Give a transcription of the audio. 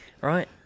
Right